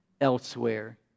elsewhere